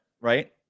Right